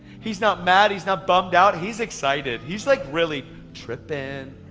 he's not mad, he's not bummed out, he's excited. he's like really trippin'.